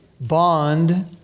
bond